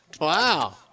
Wow